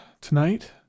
tonight